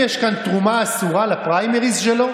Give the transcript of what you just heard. במספרים תגיד לי.